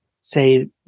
say